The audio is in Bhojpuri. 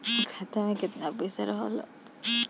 खाता में केतना पइसा रहल ह?